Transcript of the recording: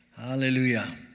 hallelujah